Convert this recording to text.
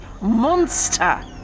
monster